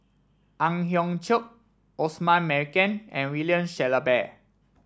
Ang Hiong Chiok Osman Merican and William Shellabear